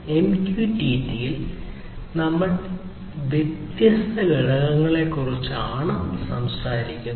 MQTT ൽ നമ്മൾ വ്യത്യസ്ത ഘടകങ്ങളെക്കുറിച്ചാണ് സംസാരിക്കുന്നത്